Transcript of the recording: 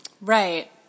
Right